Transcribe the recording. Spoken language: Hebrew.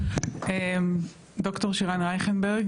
ד"ר שירן רייכנברג,